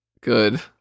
Good